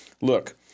look